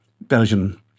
Belgian